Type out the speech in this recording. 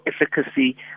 efficacy